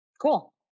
cool